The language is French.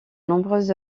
nombreuses